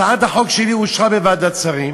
הצעת החוק שלי אושרה בוועדת השרים,